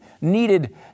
needed